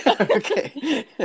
Okay